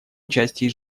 участии